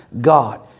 God